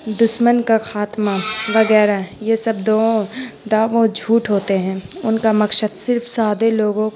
دشمن کا خاتمہ وغیرہ یہ سب دعوؤں دعوؤں جھوٹ ہوتے ہیں ان کا مقصد صرف سادے لوگوں